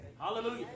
Hallelujah